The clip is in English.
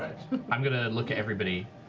i'm going to look at everybody.